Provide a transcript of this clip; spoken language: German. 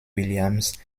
williams